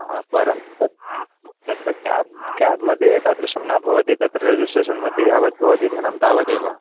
परन्तु तत् तत्र क्याब् क्याब् मध्ये एतादृशं न भवति तत्र रेजिस्ट्रेशन् मध्ये यावत् भवति धनं तावदेव